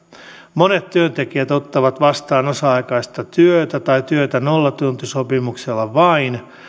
monet työntekijät ottavat vastaan osa aikaista työtä tai työtä nollatuntisopimuksella vain